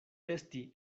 esti